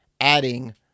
adding